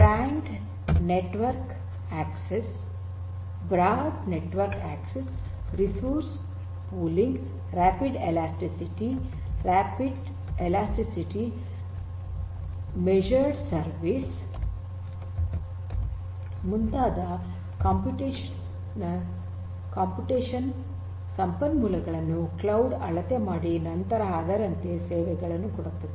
broad network access resource pooling rapid elasticity measured service ಮುಂತಾದ computation ಸಂಪನ್ಮೂಲಗಳನ್ನು cloud ಅಳತೆ ಮಾಡಿ ನಂತರ ಅದರಂತೆ ಸೇವೆಗಳನ್ನು ಕೊಡುತ್ತದೆ